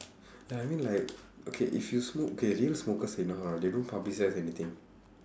ya I mean like okay if you smoke okay you know smokers you know how or not they don't publicise anything